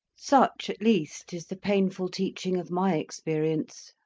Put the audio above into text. such at least is the painful teaching of my experience.